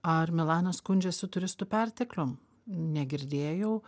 ar milanas skundžiasi turistų perteklium negirdėjau